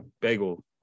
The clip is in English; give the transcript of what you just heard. Bagel